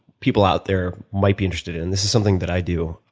people out there might be interested in. this is something that i do,